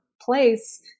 place